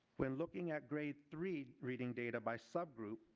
when looking at grade three reading data by subgroup,